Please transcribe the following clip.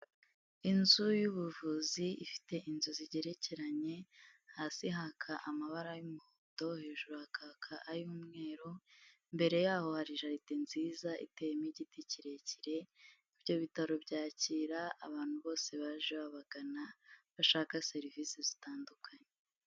Inzu y'ubuvuzi ifite inzu zigerekeranye hasi haka amabara y'umuhondo, hejuru hakaka ay'umweru, imbere yaho hari jaride nziza iteyemo igiti kirekire, ibyo bitaro byakira abantu bose baje babagana bashaka serivise zitandukanye.